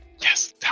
Yes